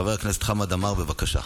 חבר הכנסת חמד עמאר, בבקשה.